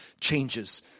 changes